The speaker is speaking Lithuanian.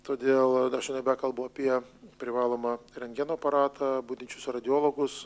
todėl aš nebekalbu apie privalomą rentgeno aparatą budinčius radiologus